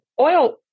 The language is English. oil